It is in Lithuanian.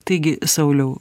taigi sauliau